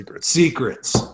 secrets